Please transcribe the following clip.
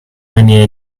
many